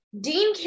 Dean